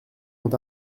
ont